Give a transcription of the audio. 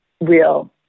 real